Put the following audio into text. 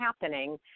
happening